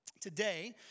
today